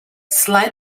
slide